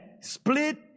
split